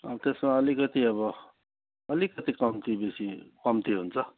त्यसमा अलिकति अब अलिकति कम्ती बेसी कम्ती हुन्छ